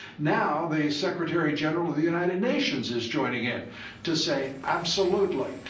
now the secretary general of the united nations is joining in to say, absolutely,